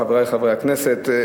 חברי חברי הכנסת,